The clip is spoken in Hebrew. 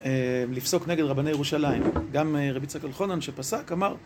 לפסוק נגד רבני ירושלים, גם רבי צקל חונן שפסק אמר